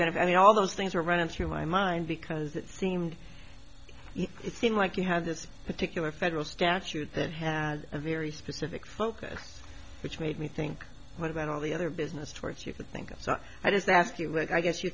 if any all those things were running through my mind because it seemed it seemed like you had this particular federal statute that had a very specific focus which made me think what about all the other business torts you could think of so i just ask you i guess you